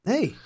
Hey